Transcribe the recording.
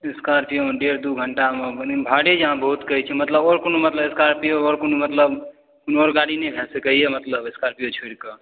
स्कॉर्पियोमे डेढ़ दू घण्टामे मतलब भाड़े अहाँ बहुत कहै छी मतलब आओर कोनो स्कॉर्पियो आओर कोनो मतलब कोनो आओर गाड़ी नहि भए सकैए मतलब स्कॉर्पियो छोड़िकऽ